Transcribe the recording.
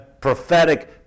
prophetic